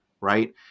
right